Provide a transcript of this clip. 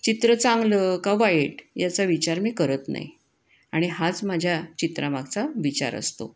चित्र चांगलं का वाईट याचा विचार मी करत नाही आणि हाच माझ्या चित्रामागचा विचार असतो